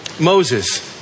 Moses